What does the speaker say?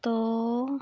ᱛᱳ